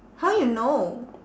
how you know